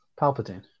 Palpatine